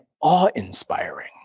awe-inspiring